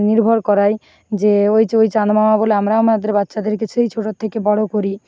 নির্ভর করাই যে ওই যো ওই যে চাঁদ মামা বলে আমরাও আমাদের বাচ্চাদেরকে সেই ছোটোর থেকে বড়ো করি